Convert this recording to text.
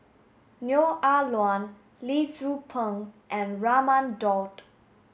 Neo Ah Luan Lee Tzu Pheng and Raman Daud